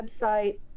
website